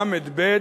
ל"ב,